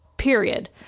period